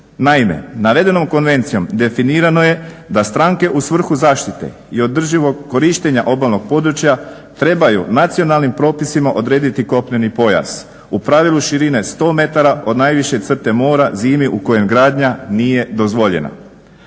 Naime, navedenom konvencijom definirano je da stranke u svrhu zaštite i održivog korištenja obalnog područja trebaju nacionalnim propisima odrediti kopneni pojas u pravilu širine 100 metara od najviše crte mora zimi u kojem gradnja nije dozvoljena.